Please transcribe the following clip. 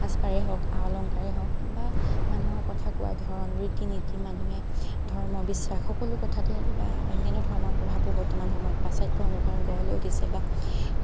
সাজপাৰেই হওক আ অলংকাৰেই হওক বা মানুহৰ কথা কোৱাৰ ধৰণ ৰীতি নীতি মানুহে ধৰ্ম বিশ্বাস সকলো কথাতে বা অন্যান্য ধৰ্মৰ প্ৰভাৱো বৰ্তমান সময়ত পাশ্চাত্যৰ অনুকৰণ গঢ় লৈ উঢ়িছে বা